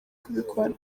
kubikora